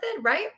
Right